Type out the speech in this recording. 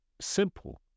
simple